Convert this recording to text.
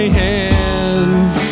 hands